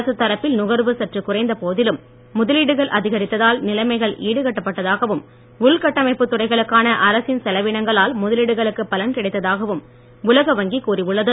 அரசுத் தரப்பில் நுகர்வு சற்று குறைந்த போதிலும் முதலீடுகள் அதிகரித்ததால் நிலைமைகள் ஈடுகட்டப்பட்டதாகவும் உள்கட்டமைப்பு துறைகளுக்கான அரசின் செலவினங்களால் முதலீடுகளுக்கு பலன் கிடைத்தாகவும் உலக வங்கி கூறியுள்ளது